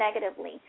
negatively